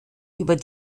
über